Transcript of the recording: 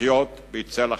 לחיות בצל ה"חמאס".